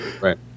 Right